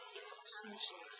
expansion